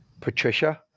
Patricia